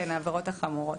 שהן העבירות החמורות.